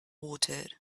water